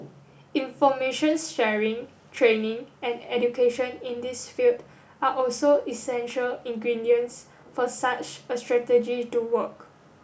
informations sharing training and education in this field are also essential ingredients for such a strategy to work